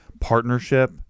partnership